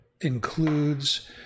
includes